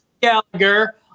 Gallagher